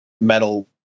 metal